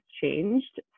changed